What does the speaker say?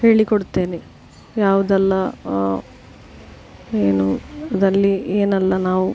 ಹೇಳಿ ಕೊಡ್ತೇನೆ ಯಾವ್ದೆಲ್ಲ ಏನು ಅಲ್ಲಿ ಏನೆಲ್ಲ ನಾವು